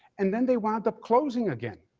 and then they wind up closing again.